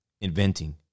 inventing